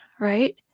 right